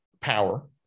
power